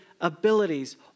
abilities